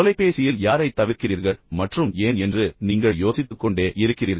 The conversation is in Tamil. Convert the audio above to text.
தொலைபேசியில் யாரைத் தவிர்க்கிறீர்கள் மற்றும் ஏன் என்று நீங்கள் யோசித்துக்கொண்டே இருக்கிறீர்கள்